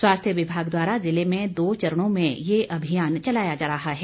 स्वास्थ्य विभाग द्वारा ज़िले में दो चरणों में ये अभियान चलाया जा रहा है